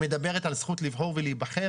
היא מדברת על זכות לבחור ולהיבחר,